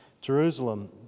Jerusalem